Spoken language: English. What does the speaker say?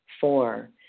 Four